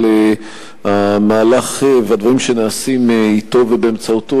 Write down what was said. אבל המהלך והדברים שנעשים אתו ובאמצעותו